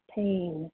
pain